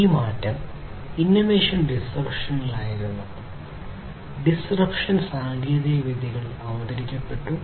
ഈ മാറ്റം ഇന്നോവേഷൻ ഡിസ്റപ്ഷനിൽ അവതരിപ്പിച്ചു